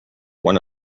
one